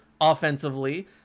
offensively